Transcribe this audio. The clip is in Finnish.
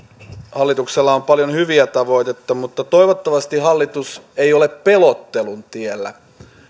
hallituksella on paljon hyviä tavoitteita mutta toivottavasti hallitus ei ole pelottelun tiellä